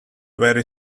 very